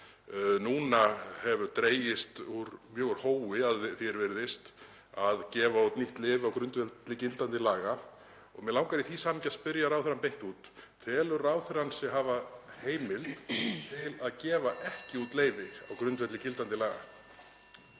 Nú hefur dregist mjög úr hófi að því er virðist að gefa út nýtt leyfi á grundvelli gildandi laga og mig langar í því samhengi að spyrja ráðherrann beint út: Telur ráðherrann sig hafa heimild til að gefa ekki út leyfi á grundvelli gildandi laga?